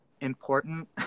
important